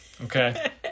Okay